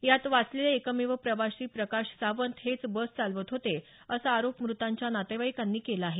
यात वाचलेले एकमेव प्रवासी प्रकाश सावंत हेच बस चालवत होते असा आरोप म्रतांच्या नातेवाईकांनी केला आहे